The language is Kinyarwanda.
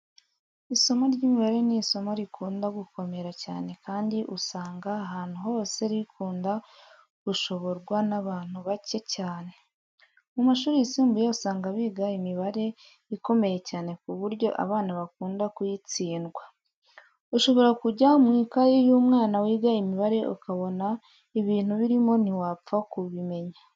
Isomo ry'imibare ni isomo rikunda gukomera cyane kandi usanga ahantu hose rikunda gushoborwa n'abantu bake cyane. Mu mashuri yisumbuye usanga biga imibare ikomeye cyane ku buryo abana bakunda kuyitsindwa. Ushobora kujya mu ikayi y'umwana wiga imibare ukabona ibintu birimo ntiwapfa kubimenya.